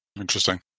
Interesting